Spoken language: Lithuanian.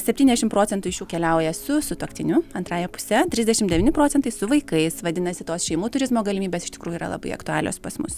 septyniasdešim procentų iš jų keliauja su sutuoktiniu antrąja puse trisdešim devyni procentai su vaikais vadinasi tos šeimų turizmo galimybės iš tikrųjų yra labai aktualios pas mus